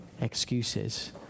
excuses